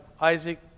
Isaac